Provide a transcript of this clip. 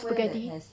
spaghetti